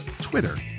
Twitter